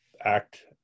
act